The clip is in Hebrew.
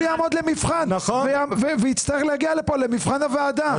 הוא יעמוד למבחן ויצטרך להגיע לכאן למבחן הוועדה.